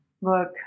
Look